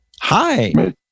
Hi